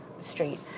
street